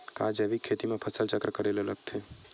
का जैविक खेती म फसल चक्र करे ल लगथे?